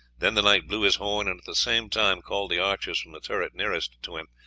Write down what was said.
then the knight blew his horn, and at the same time called the archers from the turret nearest to him,